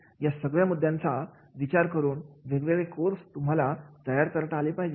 या सगळ्या मुद्द्यांचा विचार करून वेगवेगळे कोर्स तुम्हाला तयार करता आले पाहिजेत